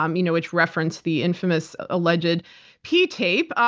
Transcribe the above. um you know which referenced the infamous alleged pee tape.